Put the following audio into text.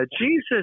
Jesus